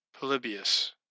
Polybius